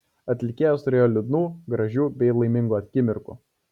atlikėjas turėjo liūdnų gražių bei laimingų akimirkų